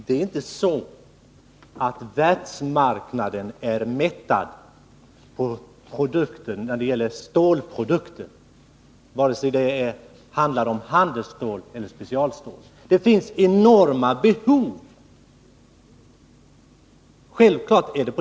Fru talman! Världsmarknaden är inte mättad på stålprodukter, vare sig det gäller handelsstål eller specialstål. Det finns enorma behov.